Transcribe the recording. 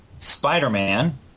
Spider-Man